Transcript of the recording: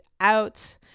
out